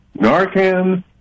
Narcan